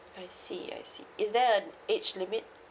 I see I see is there an age limit